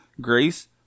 grace